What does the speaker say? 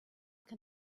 can